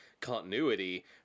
continuity